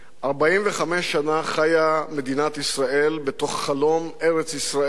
45 שנה חיה מדינת ישראל בתוך חלום ארץ-ישראל,